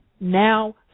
now